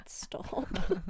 stop